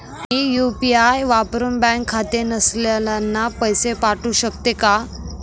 मी UPI वापरुन bank खाते नसलेल्यांना पैसे पाठवू शकते का?